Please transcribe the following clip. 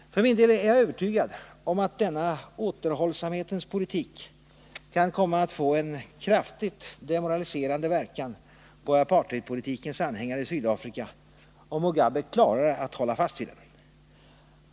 För min del är jag övertygad om att denna återhållsamhetens politik kan komma att få en kraftigt demoraliserande verkan på apartheidpolitikens anhängare i Sydafrika, om Mugabe klarar att hålla fast vid den.